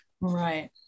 Right